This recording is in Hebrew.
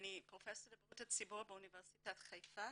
אני פרופסור לבריאות הציבור באוניברסיטת חיפה,